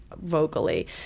vocally